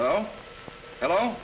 oh hello